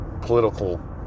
political